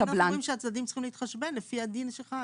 דברים שהצדדים צריכים להתחשבן לפי הדין שחל.